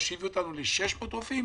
מה שהביא אותנו ל-600 רופאים,